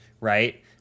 Right